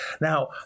Now